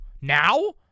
Now